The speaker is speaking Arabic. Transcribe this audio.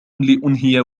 لأنهي